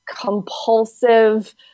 compulsive